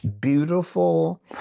beautiful